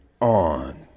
on